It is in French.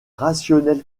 rationnels